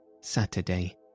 Saturday